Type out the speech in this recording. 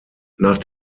nach